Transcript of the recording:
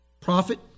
prophet